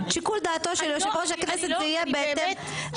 שיקול דעתו של יושב-ראש הכנסת יהיה בהתאם.